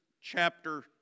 chapter